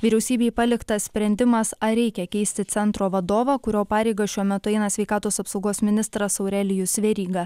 vyriausybei paliktas sprendimas ar reikia keisti centro vadovą kurio pareigas šiuo metu eina sveikatos apsaugos ministras aurelijus veryga